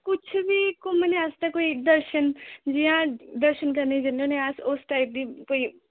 कुछ बी घुमने आस्तै कोई दर्शन जियां दर्शन करने जन्ने होन्ने आं अस उस टाइप दी कोई